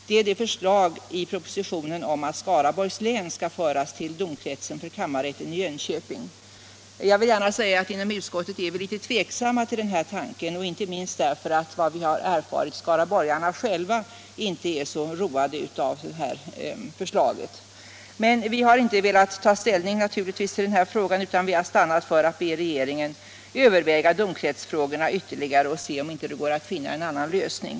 Det gäller propositionens förslag att Skaraborgs län skall föras till domkretsen för kammarrätten i Jönköping. Jag vill gärna säga att vi inom utskottet är litet tveksamma till denna tanke, inte minst därför att enligt vad vi har erfarit skaraborgarna själva inte är så roade av detta förslag. Men vi har naturligtvis inte velat ta ställning till denna fråga, utan vi har stannat för att be regeringen överväga domkretsfrågorna ytterligare för att se, om det inte är möjligt att finna en annan lösning.